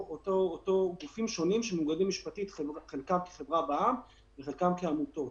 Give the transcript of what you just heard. גופים שונים שמאוגדים משפטית חלקם כחברה בע"מ וחלקם כעמותות.